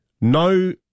no